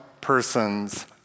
person's